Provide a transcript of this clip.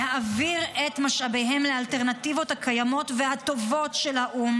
להעביר את משאביהן לאלטרנטיבות הקיימות והטובות של האו"ם,